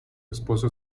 esposo